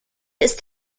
ist